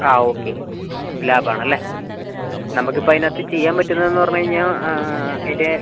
ആ okay lab ആണല്ലേ നമുക്ക് ഇപ്പം അതിനകത്ത് ചെയ്യാൻ പറ്റുന്നതെന്ന് പറഞ്ഞ് കഴിഞ്ഞാൽ അതിന്റെ